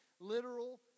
literal